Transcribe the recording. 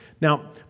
Now